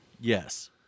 Yes